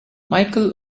michael